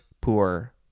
poor